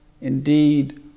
indeed